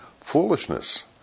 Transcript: Foolishness